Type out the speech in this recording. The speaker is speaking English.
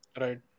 Right